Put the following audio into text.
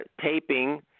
taping